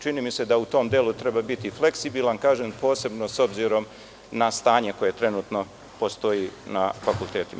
Čini mi se da u tom delu treba biti fleksibilan, posebno s obzirom na stanje koje trenutno postoji na fakultetima.